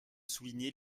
souligner